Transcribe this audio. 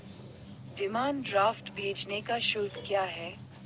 Demand draft भेजने का शुल्क क्या है?